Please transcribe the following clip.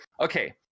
okay